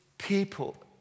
people